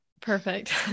Perfect